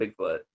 Bigfoot